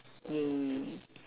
!yay!